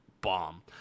bomb